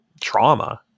trauma